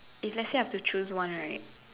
if let's say I have to choose one right